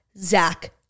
Zach